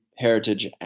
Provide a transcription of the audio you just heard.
heritage